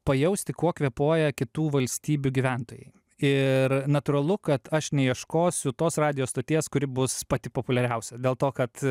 pajausti kuo kvėpuoja kitų valstybių gyventojai ir natūralu kad aš neieškosiu tos radijo stoties kuri bus pati populiariausia dėl to kad